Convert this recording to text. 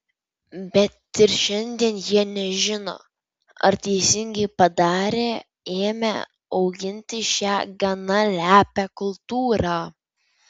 bet ir šiandien jie nežino ar teisingai padarė ėmę auginti šią gana lepią kultūrą